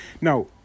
Now